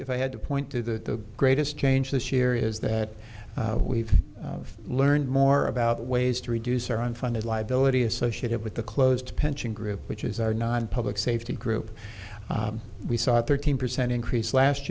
if i had to point to the greatest change this year is that we've learned more about ways to reduce our unfunded liability associated with the closed pension group which is our nonpublic safety group we saw thirteen percent increase last